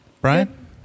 Brian